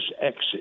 exit